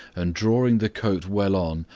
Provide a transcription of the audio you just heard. and drawing the coat well on,